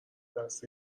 دست